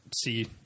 See